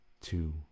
two